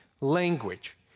language